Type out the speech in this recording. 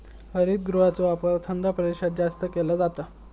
हरितगृहाचो वापर थंड प्रदेशात जास्त केलो जाता